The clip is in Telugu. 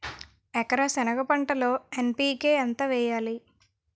ఎకర సెనగ పంటలో ఎన్.పి.కె ఎంత వేయాలి?